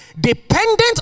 dependent